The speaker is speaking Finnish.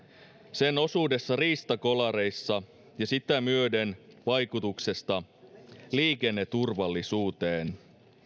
sen osuudella riistakolareissa ja sitä myöden vaikutuksella liikenneturvallisuuteen